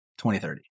2030